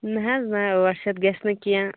نَہ حظ نَہ ٲٹھ شٮ۪تھ گَژھہِ نہٕ کیٚنٛہہ